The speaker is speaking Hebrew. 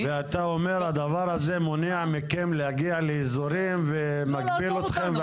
--- ואתה אומר שהדבר הזה מונע מכם להגיע לאזורים ומגביל אתכם,